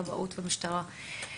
כבאות ומשטרה.